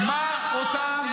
לא נכון.